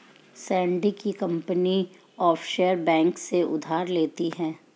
Sandy की company offshore bank से उधार लेती है